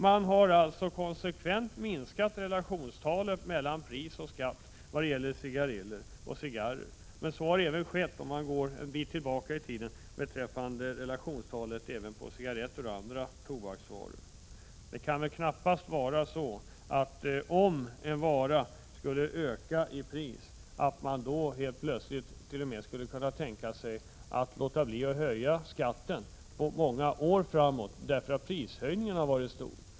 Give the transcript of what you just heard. Man har alltså konsekvent sänkt relationstalet mellan pris och skatt vad gäller cigarrer och cigariller. Så har längre tillbaka i tiden också varit fallet beträffande cigarretter och andra tobaksvaror. Det kan väl knappast vara så att man, om priset på en vara höjs kraftigt, avstår från att höja skatten på den under många år framöver.